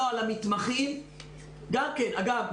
אגב,